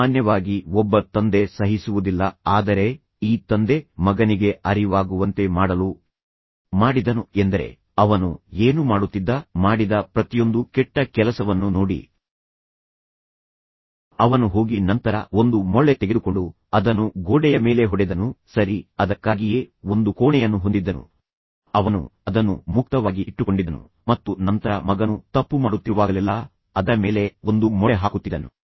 ಸಾಮಾನ್ಯವಾಗಿ ಒಬ್ಬ ತಂದೆ ಸಹಿಸುವುದಿಲ್ಲ ಆದರೆ ಈ ತಂದೆ ಮಗನಿಗೆ ಅರಿವಾಗುವಂತೆ ಮಾಡಲು ಮಾಡಿದನು ಎಂದರೆ ಅವನು ಏನು ಮಾಡುತ್ತಿದ್ದ ಮಾಡಿದ ಪ್ರತಿಯೊಂದು ಕೆಟ್ಟ ಕೆಲಸವನ್ನೂ ನೋಡಿ ಅವನು ಹೋಗಿ ನಂತರ ಒಂದು ಮೊಳೆ ತೆಗೆದುಕೊಂಡು ಅದನ್ನು ಗೋಡೆಯ ಮೇಲೆ ಹೊಡೆದನು ಸರಿ ಅದಕ್ಕಾಗಿಯೇ ಒಂದು ಕೋಣೆಯನ್ನು ಹೊಂದಿದ್ದನು ಅವನು ಅದನ್ನು ಮುಕ್ತವಾಗಿ ಇಟ್ಟುಕೊಂಡಿದ್ದನು ಮತ್ತು ನಂತರ ಮಗನು ತಪ್ಪು ಮಾಡುತ್ತಿರುವಾಗಲೆಲ್ಲಾ ಅದರ ಮೇಲೆ ಒಂದು ಮೊಳೆ ಹಾಕುತ್ತಿದ್ದನು